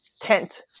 tent